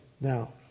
Now